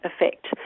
effect